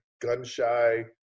gun-shy